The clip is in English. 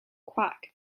quack